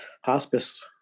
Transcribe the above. hospice